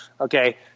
Okay